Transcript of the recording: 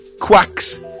quacks